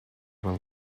will